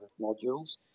modules